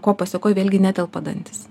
o ko pasekoj vėlgi netelpa dantys